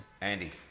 Andy